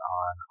on